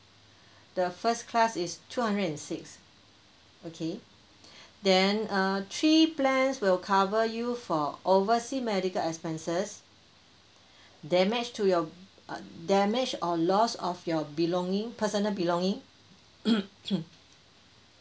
the first class is two hundred and six okay then err three plans will cover you for oversea medical expenses damage to your uh damage or loss of your belonging personal belonging